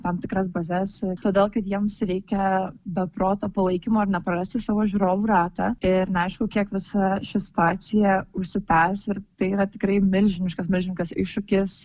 tam tikras bazes todėl kad jiems reikia be proto palaikymo ir neprarasti savo žiūrovų ratą ir neaišku kiek visa ši situacija užsitęs ir tai yra tikrai milžiniškas milžiniškas iššūkis